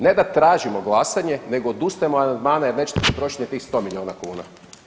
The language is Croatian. Ne da tražimo glasanje nego odustajemo od amandmana jer nećete potrošiti ni tih 100 milijuna kuna.